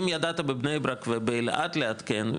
אם ידעת בבני ברק ובאלעד לעדכן,